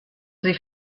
sie